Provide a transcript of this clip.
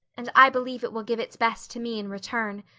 and i believe it will give its best to me in return.